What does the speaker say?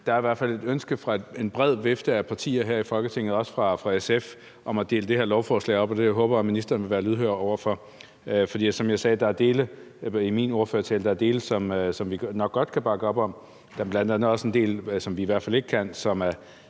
der er i hvert fald et ønske fra en bred vifte af partier her i Folketinget, også fra SF, om at dele det her lovforslag op, og det håber jeg at ministeren vil være lydhør over for. For som jeg sagde i min ordførertale, er der dele, som vi nok godt kan bakke op om, men der er bl.a. også en del, hvor vi i hvert fald ikke kan. Hvis